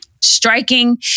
Striking